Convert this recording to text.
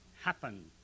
happen